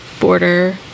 border